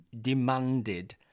demanded